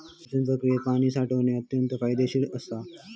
सिंचन प्रक्रियेसाठी पाणी साठवण अत्यंत फायदेशीर असा